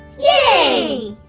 yay!